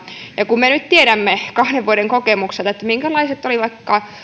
ja kun me nyt tiedämme kahden vuoden kokemuksella minkälaiset olivatkaan